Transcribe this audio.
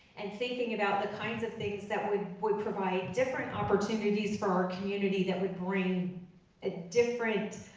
and thinking about the kinds of things that would would provide different opportunities for our community that would bring a different,